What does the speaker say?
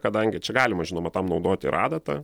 kadangi čia galima žinoma tam naudoti ir adatą